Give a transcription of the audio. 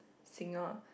single